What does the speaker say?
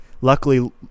Luckily